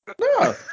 No